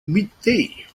midday